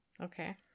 Okay